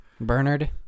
Bernard